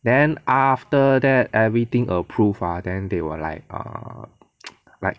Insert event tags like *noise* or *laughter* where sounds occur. then after that everything approve ah then they will like err *noise* like